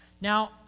Now